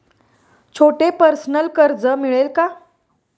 छोटे पर्सनल कर्ज मिळेल का?